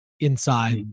inside